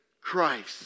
Christ